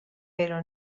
però